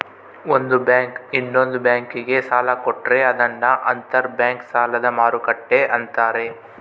ಒಂದು ಬ್ಯಾಂಕು ಇನ್ನೊಂದ್ ಬ್ಯಾಂಕಿಗೆ ಸಾಲ ಕೊಟ್ರೆ ಅದನ್ನ ಅಂತರ್ ಬ್ಯಾಂಕ್ ಸಾಲದ ಮರುಕ್ಕಟ್ಟೆ ಅಂತಾರೆ